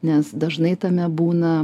nes dažnai tame būna